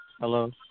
Hello